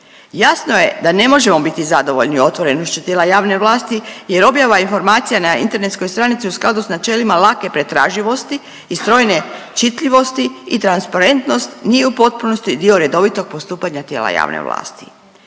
Jasno je da ne možemo biti zadovoljni otvorenošću tijela javne vlasti jer objava informacija na internetskoj stranici u skladu s načelima lake pretraživosti i strojne čitljivosti i transparentnost, nije u potpunosti dio redovitog postupanja tijela javne vlasti.